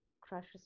crushes